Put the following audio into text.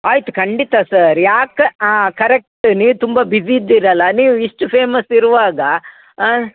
ಆಯ್ತು ಖಂಡಿತ ಸರ್ ಯಾಕೆ ಆ ಕರೆಕ್ಟ್ ನೀವು ತುಂಬ ಬಿಸಿ ಇದ್ದೀರಲ್ಲ ನೀವು ಇಷ್ಟು ಫೇಮಸ್ ಇರುವಾಗ ಹಾಂ